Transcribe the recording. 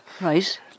Right